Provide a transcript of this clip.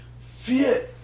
Fear